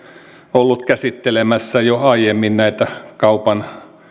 ollut käsittelemässä jo aiemmin näitä kaupan